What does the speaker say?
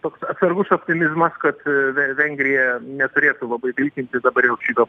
toks atsargus optimizmas kad vengrija neturėtų labai vilkinti dabar jau šito